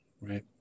right